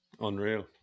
unreal